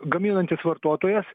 gaminantis vartotojas